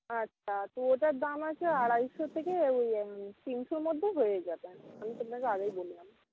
আচ্ছা তো ওটার দাম আছে আড়াইশো থেকে তিনশোর মধ্যে হয়ে যাবে আমি তো আপনাকে আগেই বললাম